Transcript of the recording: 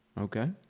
Okay